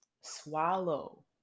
swallow